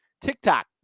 TikTok